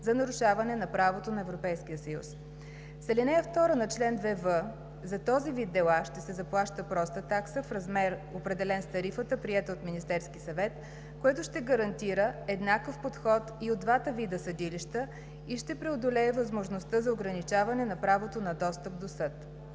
за нарушаване на правото на Европейския съюз. С алинея втора на чл. 2в за този вид дела ще се заплаща проста такса в размер, определен с тарифата, приета от Министерския съвет, което ще гарантира еднакъв подход и от двата вида съдилища и ще преодолее възможността за ограничаване на правото на достъп до съд.